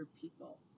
people